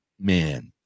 man